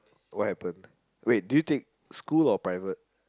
what happened wait do you take school or private